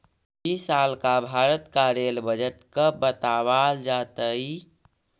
इस साल का भारत का रेल बजट कब बतावाल जतई